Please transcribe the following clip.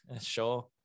sure